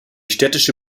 städtische